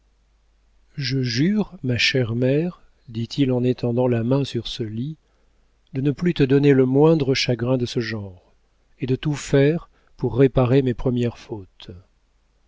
je jure ma chère mère dit-il en étendant la main sur ce lit de ne plus te donner le moindre chagrin de ce genre et de tout faire pour réparer mes premières fautes